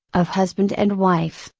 of husband and wife,